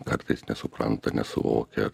kartais nesupranta nesuvokia